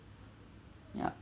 yup